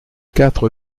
quatre